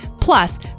Plus